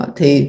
Thì